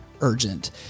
Urgent